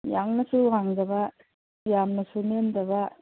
ꯌꯥꯝꯅꯁꯨ ꯋꯥꯡꯗꯕ ꯌꯥꯝꯅꯁꯨ ꯅꯦꯝꯗꯕ